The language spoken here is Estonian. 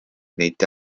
neid